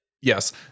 Yes